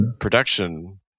production